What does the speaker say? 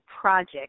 project